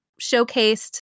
showcased